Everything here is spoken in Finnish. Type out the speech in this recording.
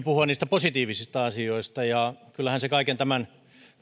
puhua myöskin niistä positiivista asioista ja kyllähän kaiken tämän